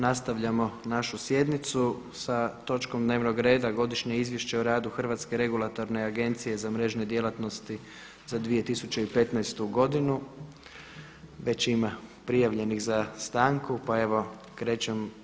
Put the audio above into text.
Nastavljamo našu sjednicu sa točkom dnevnog reda - Godišnje izvješće o radu Hrvatske regulatorne agencije za mrežne djelatnosti za 2015. godinu Već ima prijavljenih za stanku pa evo krećem.